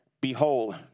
Behold